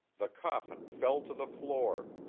the coffin fell to the floor,